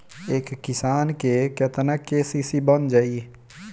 एक किसान के केतना के.सी.सी बन जाइ?